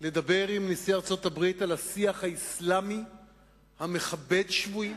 לדבר עם נשיא ארצות-הברית על השיח האסלאמי המכבד שבויים?